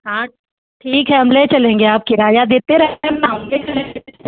हाँ ठीक है हम ले चलेंगे आप किराया देते रहना हम ले चलेंगे